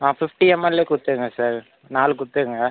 ஆ fifty எம்எல்லே கொடுத்துடுங்க sir நாலு கொடுத்துடுங்க